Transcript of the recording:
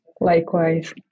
Likewise